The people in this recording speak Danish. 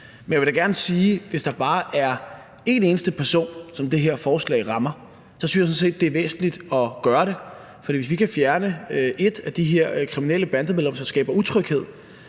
Men jeg vil da gerne sige, at hvis der bare er en eneste person, som det her forslag rammer, så synes jeg sådan set, at det er væsentligt at gøre det. For hvis vi kan fjerne ét af de her kriminelle bandemedlemmer, som skaber utryghed,